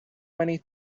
many